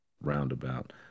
roundabout